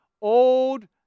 old